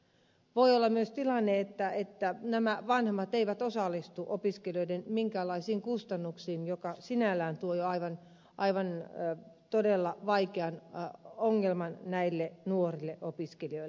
voi olla myös tilanne että nämä vanhemmat eivät osallistu minkäänlaisiin opiskelijoiden kustannuksiin mikä sinällään tuo jo todella vaikean ongelman näille nuorille opiskelijoille